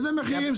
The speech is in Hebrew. איזה מחירים?